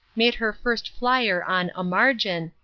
made her first flyer on a margin,